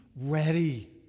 ready